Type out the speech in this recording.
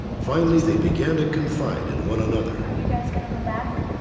finally, they began to confide in one another. are you guys gonna go back,